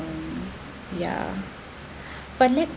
ya but like